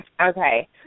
Okay